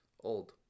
Old